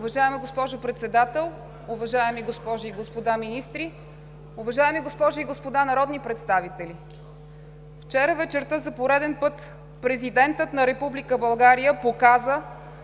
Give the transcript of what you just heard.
Уважаема госпожо Председател, уважаеми госпожи и господа министри, уважаеми госпожи и господа народни представители! Вчера вечерта за пореден път президентът на Република България показа,